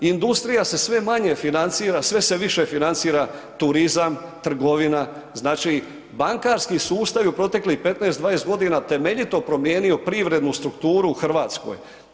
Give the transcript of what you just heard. Industrija se sve manje financira, sve se više financira turizam, trgovina, znači bankarski sustav je u proteklih 15-20 godina temeljito promijenio privrednu strukturu u Hrvatskoj.